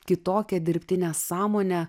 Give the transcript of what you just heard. kitokią dirbtinę sąmonę